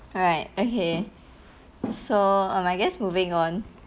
alright okay so um I guess moving on